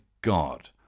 God